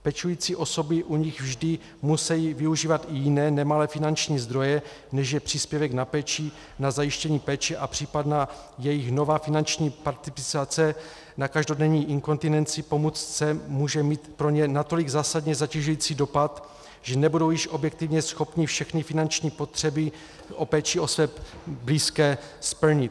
Pečující osoby, u nich vždy musí využívat i jiné, nemalé finanční zdroje, než je příspěvek na péči, na zajištění péče a případná jejich nová finanční participace na každodenní inkontinenci k pomůcce může mít pro ně natolik zásadně zatěžující dopad, že nebudou již objektivně schopny všechny finanční potřeby o péči o své blízké splnit.